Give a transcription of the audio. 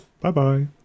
Bye-bye